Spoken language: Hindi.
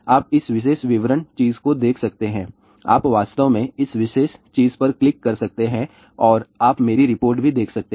आप इस विशेष विवरण चीज़ को देख सकते हैं आप वास्तव में इस विशेष चीज़ पर क्लिक कर सकते हैं और आप मेरी रिपोर्ट भी देख सकते हैं